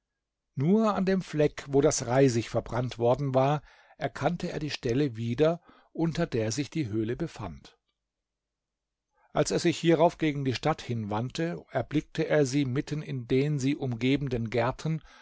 nur an dem fleck wo das reisig verbrannt worden war erkannte er die stelle wieder unter der sich die höhle befand als er sich hierauf gegen die stadt hinwandte erblickte er sie mitten in den sie umgebenden gärten